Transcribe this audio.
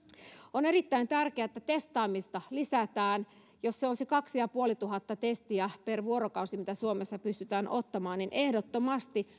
on erittäin tärkeää että testaamista lisätään jos se on se kaksi ja puolituhatta testiä per vuorokausi mitä suomessa pystytään ottamaan niin ehdottomasti